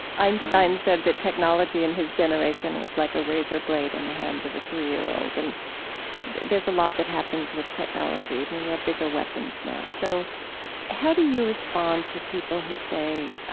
einstein said that technology in his generation was like a razor blade in the hand of a three-year-old. and there's a lot that happens with technology. i mean, we have bigger weapons now. so how do you respond to people who say